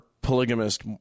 polygamist